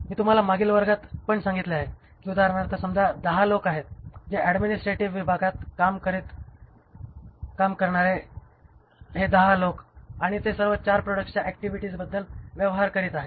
मी तुम्हाला मागील वर्गात पण सांगितले आहे कि उदाहरणार्थ समजा १० लोक आहेत जे ऍडमिनिस्ट्रेटिव्ह विभागात काम करत ऍडमिनिस्ट्रेटिव्ह विभागात काम करणारे हे 10 लोक आणि ते सर्व 4 प्रॉडक्ट्सच्या ऍक्टिव्हिटीजबद्दल व्यवहार करीत आहेत